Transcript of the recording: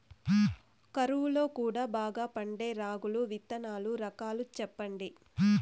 కరువు లో కూడా బాగా పండే రాగులు విత్తనాలు రకాలు చెప్పండి?